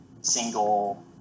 single